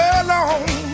alone